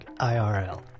IRL